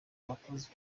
bakozi